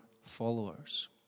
followers